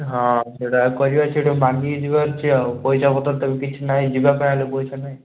ହଁ ସେଇଟା କହିବା ସେଠୁ ଯିବା ପଇସାପତ୍ର ତେବେ କିଛି ନାହିଁ ଯିବା ପାଇଁ ହେଲେ ପଇସା ନାହିଁ